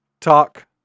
Talk